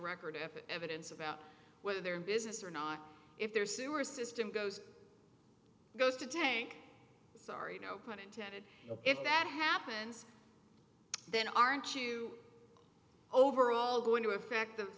record if evidence about whether they're in business or not if there's sewer system goes goes to tank sorry no pun intended if that happens then aren't you overall going to affect